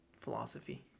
philosophy